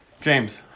James